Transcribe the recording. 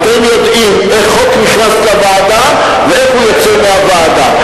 אתם יודעים איך חוק נכנס לוועדה ואיך הוא יוצא מהוועדה.